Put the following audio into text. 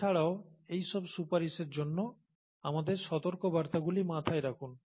এছাড়াও এই সব সুপারিশের জন্য আমাদের সতর্কবার্তাগুলি মাথায় রাখুন